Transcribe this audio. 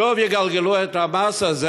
שוב יגלגלו את המס הזה,